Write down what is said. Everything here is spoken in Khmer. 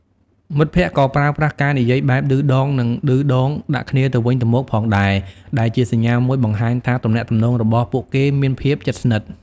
មិត្តភក្តិក៏ប្រើប្រាស់ការនិយាយបែបឌឺដងនិងឌឺដងដាក់គ្នាទៅវិញទៅមកផងដែរ ដែលជាសញ្ញាមួយបង្ហាញថាទំនាក់ទំនងរបស់ពួកគេមានភាពជិតស្និទ្ធ។